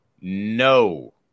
No